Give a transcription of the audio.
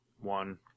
one